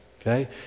Okay